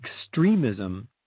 Extremism